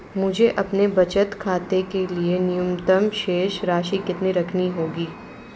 मुझे अपने बचत खाते के लिए न्यूनतम शेष राशि कितनी रखनी होगी?